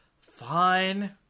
fine